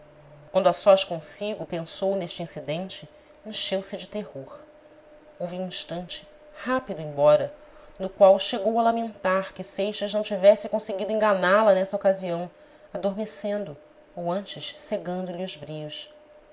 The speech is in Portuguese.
quando a sós consigo pensou neste incidente encheu-se de terror houve um instante rápido embora no qual chegou a lamentar que seixas não tivesse conseguido enganá la nessa ocasião adormecendo ou antes cegando lhe os brios